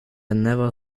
never